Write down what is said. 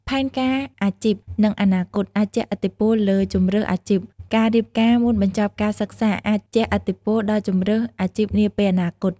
ផែនការអាជីព និងអនាគត អាចជះឥទ្ធិពលលើជម្រើសអាជីព: ការរៀបការមុនបញ្ចប់ការសិក្សាអាចជះឥទ្ធិពលដល់ជម្រើសអាជីពនាពេលអនាគត។